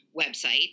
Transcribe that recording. website